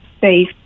safe